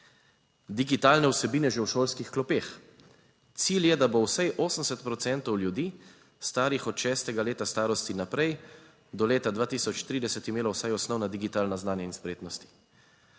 digitalne vsebine že v šolskih klopeh, cilj je, da bo vsaj 80 procentov ljudi starih od šestega leta starosti naprej do leta 2030 imelo vsaj osnovna digitalna znanja in spretnosti.